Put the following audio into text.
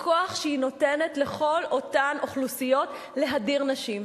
בכוח שהיא נותנת לכל אותן אוכלוסיות להדיר נשים.